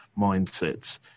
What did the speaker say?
mindsets